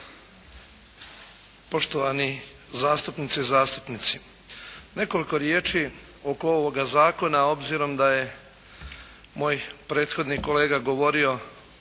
poštovani zastupnice i zastupnici. Nekoliko riječi oko ovoga zakona, obzirom da je moj prethodni kolega govorio